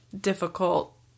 difficult